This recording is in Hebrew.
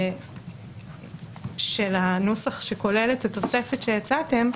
של הנוסח שכולל את התוספת שהצעתם,